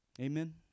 Amen